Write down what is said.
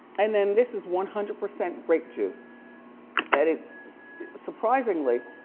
and then this is one hundred percent grape juice and it's surprisingly